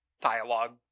dialogue